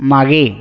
मागे